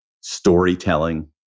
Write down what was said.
storytelling